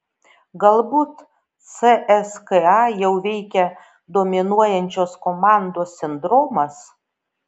galbūt cska jau veikia dominuojančios komandos sindromas